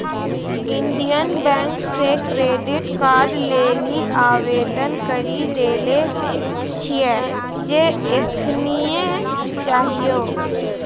Indian bank से credit card लेली आवेदन करी देले छिए जे एखनीये चाहियो